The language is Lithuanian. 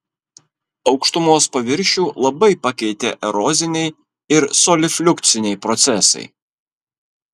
aukštumos paviršių labai pakeitė eroziniai ir solifliukciniai procesai